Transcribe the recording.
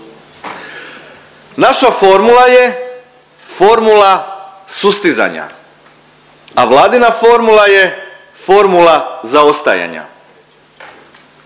Naša formula je formula sustizanja, a vladina formula je formula zaostajanja.